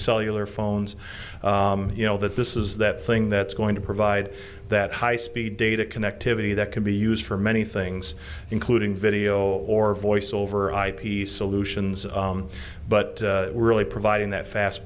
cellular phones you know that this is that thing that's going to provide that high speed data connectivity that can be used for many things including video or voice over ip solutions but we're really providing that fast